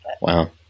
Wow